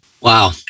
Wow